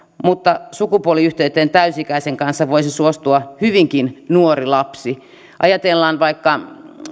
mutta sukupuoliyhteyteen täysi ikäisen kanssa voisi suostua hyvinkin nuori lapsi ajatellaan vaikka